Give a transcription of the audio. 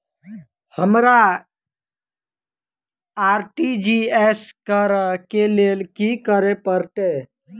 हमरा आर.टी.जी.एस करऽ केँ लेल की करऽ पड़तै?